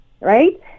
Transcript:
right